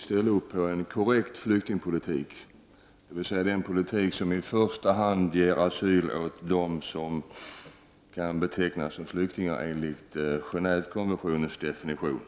ställa sig bakom en korrekt flyktingpolitik, dvs. en politik som i första hand ger asyl åt dem som kan betecknas som flyktingar enligt Gen&vekonventionens definition.